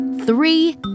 Three